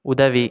உதவி